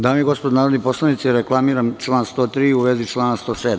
Dame i gospodo narodni poslanici, reklamiram član 103. u vezi člana 107.